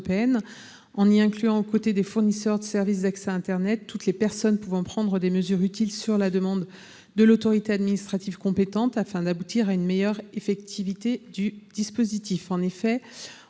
en y incluant, aux côtés des fournisseurs de services d’accès à internet, toutes les personnes pouvant prendre des mesures utiles sur la demande de l’autorité administrative compétente, afin d’aboutir à une meilleure effectivité du dispositif. En effet,